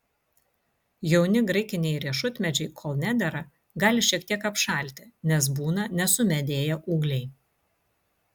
jauni graikiniai riešutmedžiai kol nedera gali šiek tiek apšalti nes būna nesumedėję ūgliai